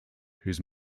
whose